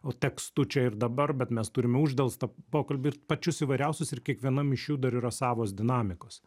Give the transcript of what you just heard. o tekstu čia ir dabar bet mes turime uždelstą pokalbį ir pačius įvairiausius ir kiekvienam iš jų dar yra savos dinamikos